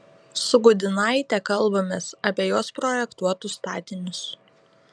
su gudynaite kalbamės apie jos projektuotus statinius